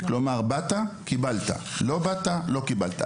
כלומר, באת קיבלת, לא באת לא קיבלת.